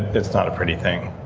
it's not a pretty thing.